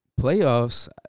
Playoffs